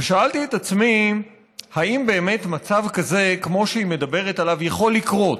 ושאלתי את עצמי אם באמת מצב כזה כמו שהיא מדברת עליו יכול לקרות.